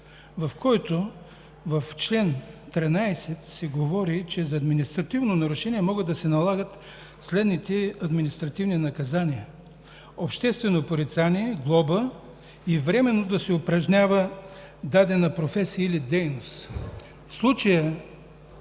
в който в чл. 13 се говори, че за административно нарушение могат да се налагат следните административни наказания: обществено порицание, глоба и временно да се упражнява дадена професия или дейност.